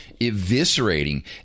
eviscerating